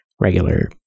regular